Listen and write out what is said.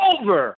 over